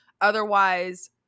otherwise